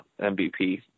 MVP